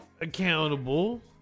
accountable